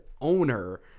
owner